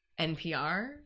NPR